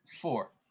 Four